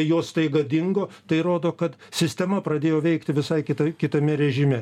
jos staiga dingo tai rodo kad sistema pradėjo veikti visai kita kitame režime